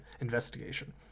investigation